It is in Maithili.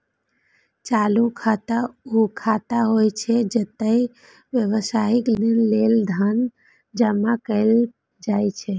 चालू खाता ऊ खाता होइ छै, जतय व्यावसायिक लेनदेन लेल धन जमा कैल जाइ छै